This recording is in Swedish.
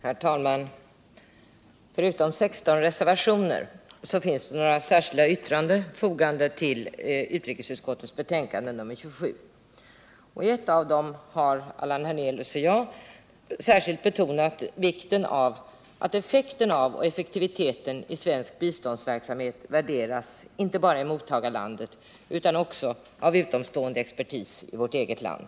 Herr talman! Förutom 16 reservationer finns det några särskilda yttranden fogade till utrikesutskottets betänkande nr 27, och i ett av dem har Allan Hernelius och jag särskilt betonat vikten av att effekten av och effektiviteten i svensk biståndsverksamhet värderas inte bara i mottagarlandet utan också av utomstående expertis i vårt eget land.